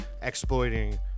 exploiting